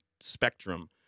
spectrum